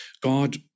God